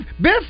Biff